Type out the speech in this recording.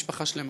משפחה שלמה?